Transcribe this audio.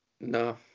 No